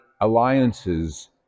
alliances